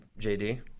JD